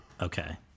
Okay